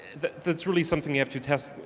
that's really something you have to test.